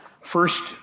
first